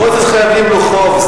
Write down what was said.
מוזס, חייבים לו חוב.